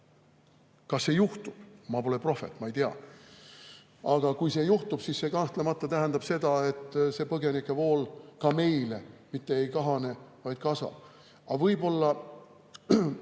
Kas see juhtub? Ma pole prohvet, ma ei tea. Aga kui see juhtub, siis see kahtlemata tähendab seda, et põgenike vool ka meie suunas mitte ei kahane, vaid kasvab. Aga võib-olla